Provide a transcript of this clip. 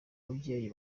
babyeyi